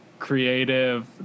creative